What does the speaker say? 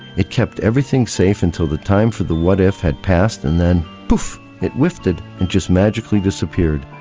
it kept everything safe until the time for the what if had passed and then poof it wifted and just magically disappeared.